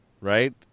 Right